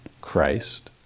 Christ